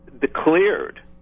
declared